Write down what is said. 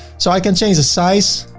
so i can change the size,